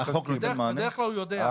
בדרך כלל הוא יודע.